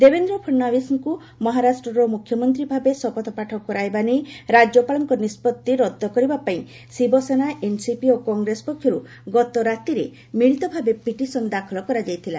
ଦେବେନ୍ଦ୍ର ଫଡ୍ନାଭିସ୍ଙ୍କୁ ମହାରାଷ୍ଟ୍ରର ମ୍ରଖ୍ୟମନ୍ତ୍ରୀଭାବେ ଶପଥ ପାଠ କରାଇବା ନେଇ ରାଜ୍ୟପାଳଙ୍କ ନିଷ୍କଭି ରଦ୍ଦ କରିବା ପାଇଁ ଶିବସେନା ଏନସିପି ଓ କଂଗ୍ରେସ ପକ୍ଷରୁ ଗତରାତିରେ ମିଳିତଭାବେ ପିଟିସନ ଦାଖଲ କରାଯାଇଥିଲା